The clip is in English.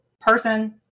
person